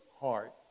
heart